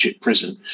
prison